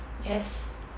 yes